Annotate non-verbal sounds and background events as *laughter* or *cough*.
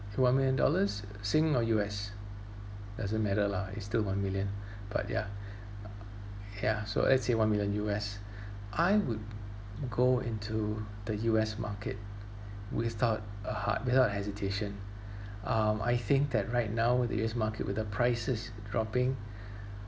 if one million dollars sing or U_S doesn't matter lah it's still one million *breath* but ya *breath* ya so let's say one million U_S *breath* I would go into the U_S market without a hard without hesitation *breath* um I think that right now with the U_S market with the prices dropping *breath*